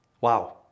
Wow